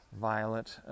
violet